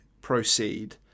proceed